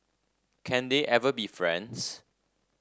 can they ever be friends